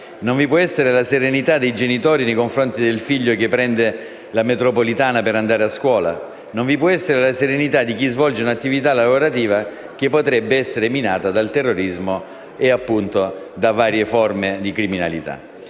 Non vi può essere la serenità dei genitori nei confronti del figlio che prende la metropolitana per andare a scuola. Non vi può essere la serenità di chi svolge un'attività lavorativa che potrebbe essere minata dal terrorismo e da varie forme di criminalità.